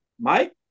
Mike